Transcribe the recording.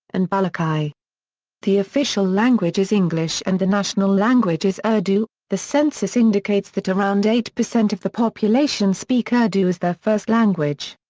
and balochi. the official language is english and the national language is urdu, the census indicates that around eight percent of the population speak ah urdu as their first language.